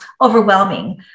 overwhelming